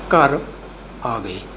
ਘਰ ਆ ਗਏ